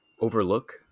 overlook